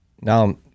Now